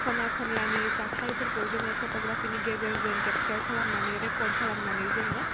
खना खनलानि जाथायफोरखौ जोङो फट'ग्राफिनि गेजेरजों केपसार खालामनानै रेकर्ड खालामनानै जोङो